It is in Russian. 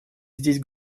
здесь